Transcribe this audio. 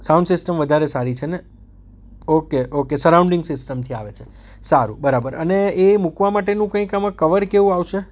sound system વધારે સારી છે ને ઓકે ઓકે સરાઉન્ડીગ સિસ્ટમથી આવે છે સારું બરાબર અને એ મૂકવા માટેનું કંઇક આમાં કવર કે એવું આવશે